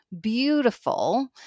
beautiful